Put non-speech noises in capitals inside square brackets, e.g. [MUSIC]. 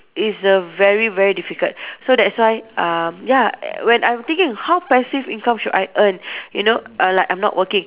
is a very very difficult so that's why um ya [NOISE] when I'm thinking how passive income should I earn you know err like I'm not working